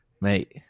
Mate